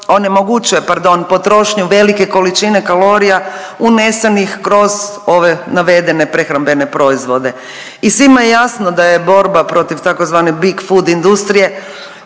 onemogućuje, pardon, potrošnju velike količine kalorija unesenih kroz ove navedene prehrambene proizvode i svima je jasno da je borba protiv tzv. big food industrije,